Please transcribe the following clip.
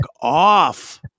off